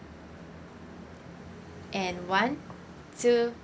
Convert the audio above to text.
and one two